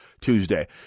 Tuesday